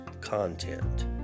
content